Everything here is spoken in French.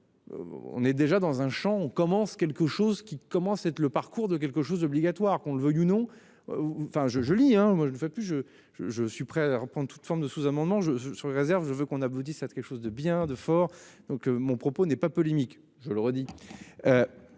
On est déjà dans un Champ on commence quelque chose qui comment cet le parcours de quelque chose d'obligatoire, qu'on le veuille ou non. Enfin je je lis hein, moi je ne fais plus je je je suis prêt à prendre toute forme de sous-amendements je sur les réserves. Je veux qu'on aboutisse à quelque chose de bien de fort donc mon propos n'est pas polémique, je le redis.